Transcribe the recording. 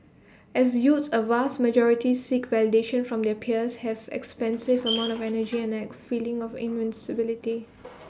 as youths A vast majority seek validation from their peers have expansive amounts of energy and feeling of invincibility